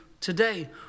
today